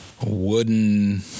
wooden